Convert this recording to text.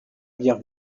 bière